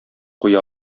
куя